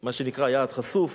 מה שנקרא "יעד חשוף"